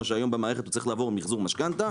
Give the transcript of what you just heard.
שהיום במערכת הוא צריך לעבור מיחזור משכנתא,